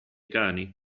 cani